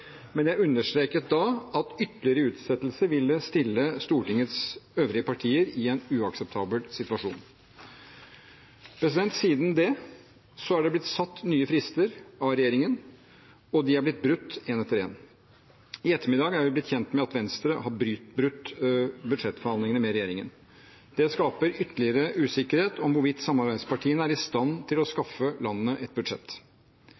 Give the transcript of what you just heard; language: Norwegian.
Men jeg understreket da at ytterligere utsettelser ville stille Stortingets øvrige partier i en uakseptabel situasjon. Siden det har det blitt satt nye frister av regjeringen, og de har blitt brutt, én etter én. I ettermiddag har vi blitt kjent med at Venstre har brutt budsjettforhandlingene med regjeringen. Det skaper ytterligere usikkerhet om hvorvidt samarbeidspartiene er i stand til å skaffe landet et budsjett.